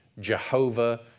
Jehovah